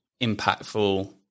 impactful